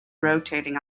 rotating